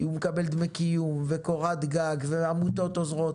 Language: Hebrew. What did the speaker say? הוא מקבל דמי קיום, קורת גג ועמותות עוזרות